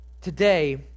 today